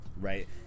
right